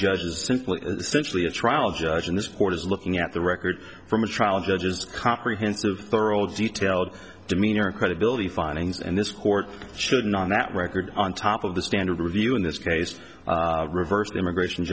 judges simply simply a trial judge in this court is looking at the record from a trial judge's comprehensive thorough detailed demeanor credibility findings and this court should not that record on top of the standard review in this case reversed immigration